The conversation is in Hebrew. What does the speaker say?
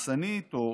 מחסנית או